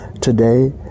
today